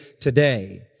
today